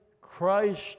Christ